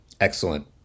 Excellent